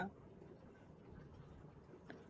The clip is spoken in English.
ya